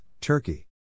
Turkey